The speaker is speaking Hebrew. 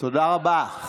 תודה רבה.